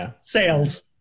sales